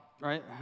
right